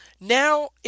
now